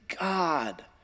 God